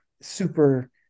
super